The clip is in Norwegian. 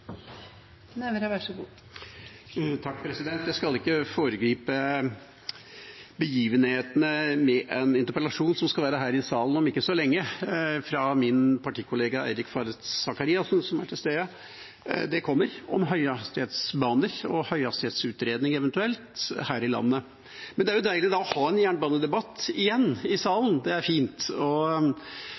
Jeg skal ikke foregripe begivenhetenes gang med en interpellasjon – den skal være her i salen om ikke så lenge, fra min partikollega Eirik Faret Sakariassen, som er til stede. Den kommer, om høyhastighetsbaner og eventuelt en høyhastighetsutredning her i landet. Men det er jo deilig å ha en jernbanedebatt igjen i salen. Det er fint.